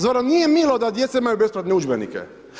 Zar vam nije milo da djeca imaju besplatne udžbenike?